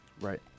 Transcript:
right